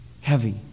Heavy